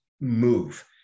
move